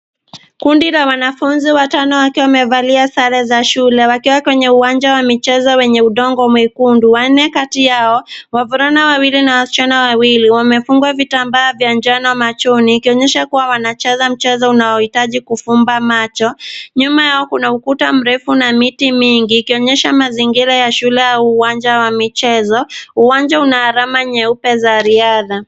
Kundi la wanafunzi watano wakiwa wamevalia sare za shule wakiwa kwenye uwanja wa michezo wenye udongo mwekuundu. Wanne kati yao, wavulana wawili na wasichana wawili wamefungwa vitambaa vya njano machoni, ikionyesha kuwa wanacheza mchezo unaohitaji kufumba macho. Nyuma yao kuna ukuta mrefu na miti mingi, ikionyesha mazingira ya shule au uwanja wa michezo. Uwanja una alama nyeupe za riadha.